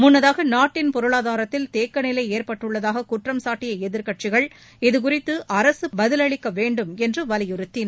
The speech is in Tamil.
முன்னதாக நாட்டின் பொருளாதாரத்தில் தேக்கநிலை ஏற்பட்டுள்ளதாக குற்றம்சாட்டிய எதிர்க்கட்சிகள் இது குறித்து அரசு பதிலளிக்க வேண்டும் என்று வலியுறுத்தின